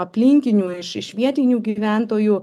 aplinkinių iš vietinių gyventojų